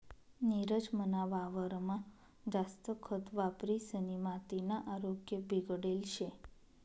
नीरज मना वावरमा जास्त खत वापरिसनी मातीना आरोग्य बिगडेल शे